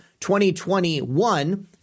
2021